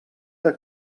que